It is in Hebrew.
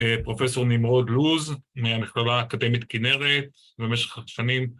פרופסור נמרוד לוז מהמכללה האקדמית כנרת במשך שנים